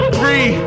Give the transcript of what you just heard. three